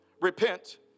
repent